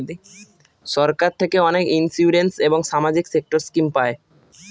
সরকার থেকে অনেক ইন্সুরেন্স এবং সামাজিক সেক্টর স্কিম পায়